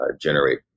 generate